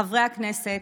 חברי הכנסת,